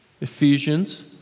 Ephesians